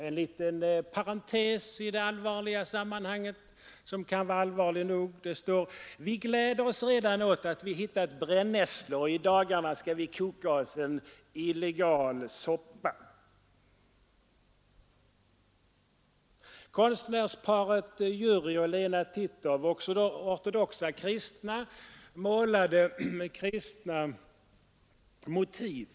En liten parentes — som kan vara allvarlig nog — i all sin anspråklöshet: ”Vi gläder oss redan åt att vi hittat brännässlor, och i dagarna ska vi koka oss en illegal soppa”, skriver han. Konstnärsparet Jurij och Lena Titov, ortodoxa kristna, målade kristna motiv.